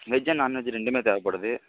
veg non veg ரெண்டுமே தேவைப்படுது